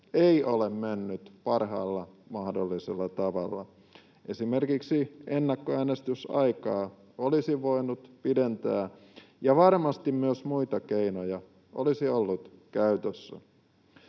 ei ole mennyt parhaalla mahdollisella tavalla. Esimerkiksi ennakkoäänestysaikaa olisi voinut pidentää, ja varmasti myös muita keinoja olisi ollut käytössä.